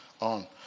on